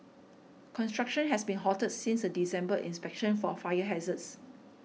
construction has been halted since a December inspection for a fire hazards